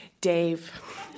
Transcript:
dave